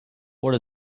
what